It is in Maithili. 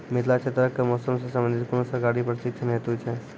मिथिला क्षेत्रक कि मौसम से संबंधित कुनू सरकारी प्रशिक्षण हेतु छै?